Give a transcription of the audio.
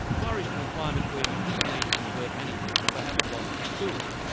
flourished in a climate where you didn't need to convert many people to have a dominant school.